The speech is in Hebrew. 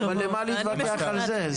אבל למה להתווכח על זה?